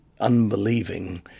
unbelieving